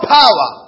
power